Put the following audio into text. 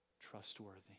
trustworthy